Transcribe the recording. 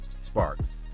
sparks